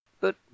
But